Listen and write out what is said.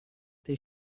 they